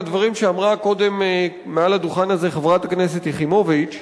לדברים שאמרה קודם מעל הדוכן הזה חברת הכנסת יחימוביץ,